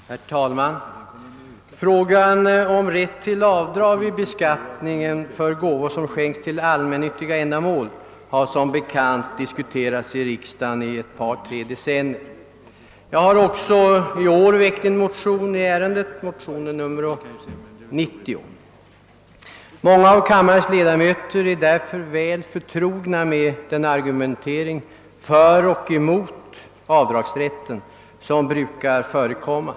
Herr talman! Frågan om rätt till avdrag vid beskattningen för gåvor som skänkts till allmännyttiga ändamål har som bekant diskuterats i riksdagen under ett par, tre decennier. Många av kammarens ledamöter är därför väl förtrogna med den argumentering för och emot avdragsrätten som brukar förekomma.